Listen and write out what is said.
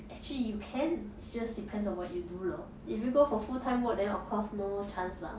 actually you can it's just depends on what you do lor if you go for full time work then of course no chance lah